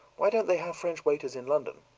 why don't they have french waiters in london?